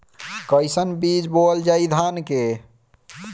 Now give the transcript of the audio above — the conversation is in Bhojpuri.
कईसन बीज बोअल जाई धान के?